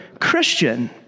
Christian